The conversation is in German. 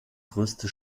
größte